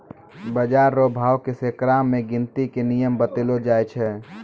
बाजार रो भाव के सैकड़ा मे गिनती के नियम बतैलो जाय छै